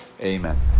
Amen